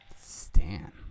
Stan